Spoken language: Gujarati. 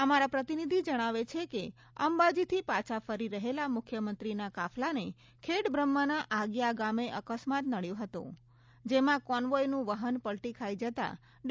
અમારા પ્રતિનિધિ જણાવે છે કે અંબાજીથી પાછા ફરી રહેલા મુખ્યમંત્રીના કાફલાને ખેડબ્રહ્માના આગીયા ગામે અકસ્માત નડચો હતો જેમાં કોન્વોયનું વાહન પલટી ખાઈ જતા ડી